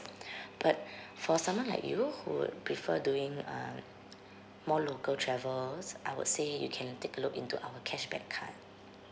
but for someone like you who prefer doing uh more local travels I would say you can take a look into our cashback card